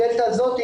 הדלתא הזאת,